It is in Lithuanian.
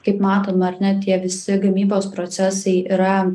kaip matom ar ne tie visi gamybos procesai yra